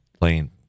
playing